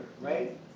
right